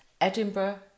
Edinburgh